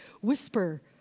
Whisper